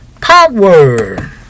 power